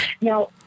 Now